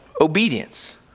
obedience